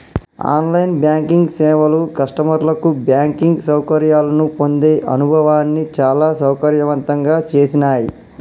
on line banking సేవలు కస్టమర్లకు banking సౌకర్యాలను పొందే అనుభవాన్ని చాలా సౌకర్యవంతంగా చేసినాయ్